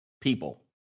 people